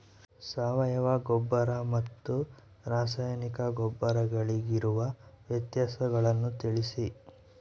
ಸಾವಯವ ಗೊಬ್ಬರ ಮತ್ತು ರಾಸಾಯನಿಕ ಗೊಬ್ಬರಗಳಿಗಿರುವ ವ್ಯತ್ಯಾಸಗಳನ್ನು ತಿಳಿಸಿ?